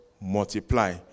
Multiply